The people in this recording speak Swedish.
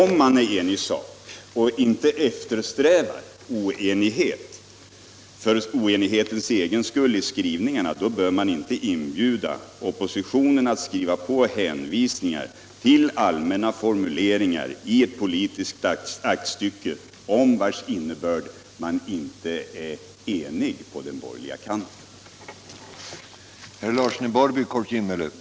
Är man enig i sak och inte eftersträvar oenighet för oenighetens egen skull i skrivningarna, bör man inte inbjuda oppositionen att skriva på hänvisningar till allmänna formuleringar i ett politiskt aktstycke, om vars innebörd man inte är enig på den borgerliga kanten.